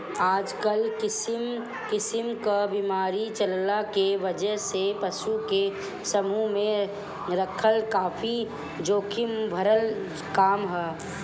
आजकल किसिम किसिम क बीमारी चलला के वजह से पशु के समूह में रखल काफी जोखिम भरल काम ह